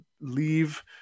leave